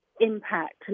impact